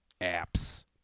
apps